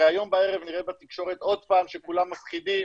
הרי היום בערב נראה בתקשורת עוד פעם שכולם מפחידים,